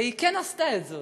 והיא כן עשתה את זה.